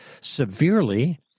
severely